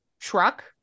truck